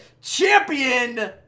champion